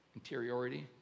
Interiority